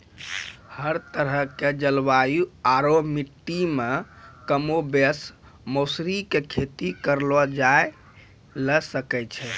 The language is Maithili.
हर तरह के जलवायु आरो मिट्टी मॅ कमोबेश मौसरी के खेती करलो जाय ल सकै छॅ